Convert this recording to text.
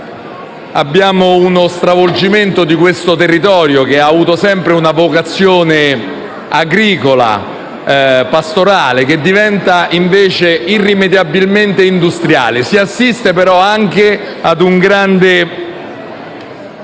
Abbiamo uno stravolgimento di questo territorio, che ha avuto sempre una vocazione agricola e pastorale, che diventa, invece, irrimediabilmente industriale. Si assiste, però, anche a un incremento